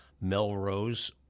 Melrose